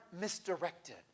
misdirected